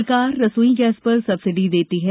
सरकार रसोई गैस पर सब्सिडी देती है